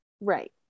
Right